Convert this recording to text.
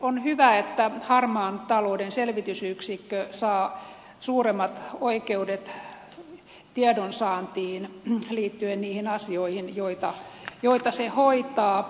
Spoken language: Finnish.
on hyvä että harmaan talouden selvitysyksikkö saa suuremmat oikeudet tiedonsaantiin liittyen niihin asioihin joita se hoitaa